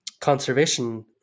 conservation